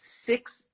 six